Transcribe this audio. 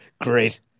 great